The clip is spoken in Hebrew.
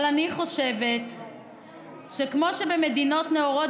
אבל אני חושבת שכמו שבמדינות נאורות